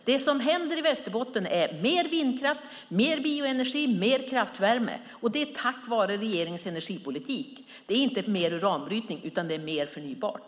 Det kommer mer vindkraft, mer bioenergi och mer kraftvärme i Västerbotten, och det gör det tack vare regeringens energipolitik. Det handlar inte om mer uranbrytning utan om mer förnybart.